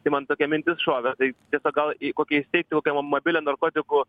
tai man tokia mintis šovė tai tiesiog gal kokią įsteigt kokią mobilią narkotikų